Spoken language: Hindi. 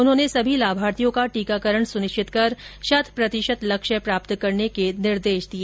उन्होंने समी लामार्थियों का टीकाकरण सनिश्चित कर शत प्रतिशत लक्ष्य प्राप्त करने के निर्देश दिए